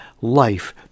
life